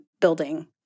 building